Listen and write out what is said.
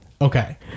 okay